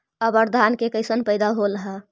अबर धान के कैसन पैदा होल हा?